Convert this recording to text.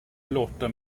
låta